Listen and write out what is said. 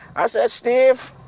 i said, steve,